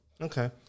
Okay